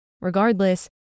Regardless